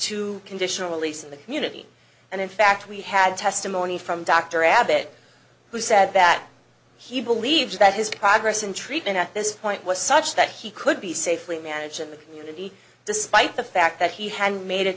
to conditional release in the community and in fact we had testimony from dr abbott who said that he believes that his progress in treatment at this point was such that he could be safely managed in the community despite the fact that he had made it